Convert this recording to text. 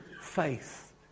faith